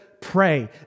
pray